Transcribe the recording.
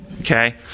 Okay